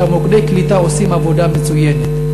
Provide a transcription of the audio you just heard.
שמוקד הקליטה עושים עבודה מצוינת.